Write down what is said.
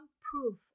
proof